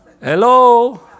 Hello